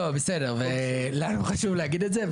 לא, בסדר, לנו חשוב להגיד את זה.